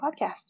podcast